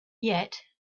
yet